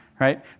right